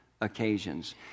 occasions